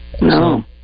No